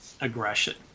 aggression